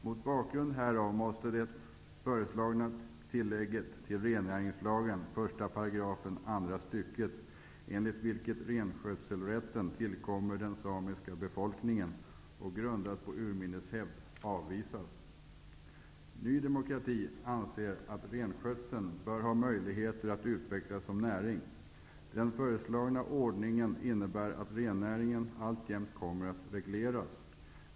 Mot bakgrund av detta måste det föreslagna tillägget till rennäringslagen, 1 § andra stycket, enligt vilket renskötselrätten tillkommer den samiska befolkningen grundad på urminnes hävd, avvisas. Vi i Ny demokrati anser att renskötseln bör ges möjligheter att utvecklas som näring. Den föreslagna ordningen innebär att rennäringen alltjämt kommer att regleras.